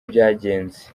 byagenze